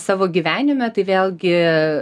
savo gyvenime tai vėlgi